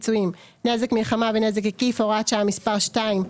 פיצויים)(נזק מלחמה ונזק עקיף)(הוראת שעה מס' 2),